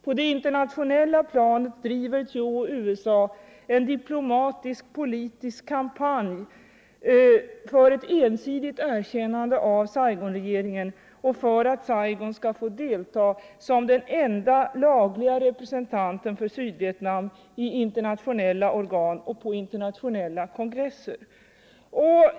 På det internationella planet driver Thieu och USA en diplomatiskpolitisk kampanj för ett ensidigt erkännande av Saigonregeringen och för att Saigon skall få delta som den enda lagliga representanten för Sydvietnam i internationella organ och på internationella kongresser.